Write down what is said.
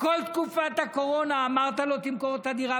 בכל תקופת הקורונה אמרת לו: תמכור את הדירה,